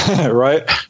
Right